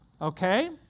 Okay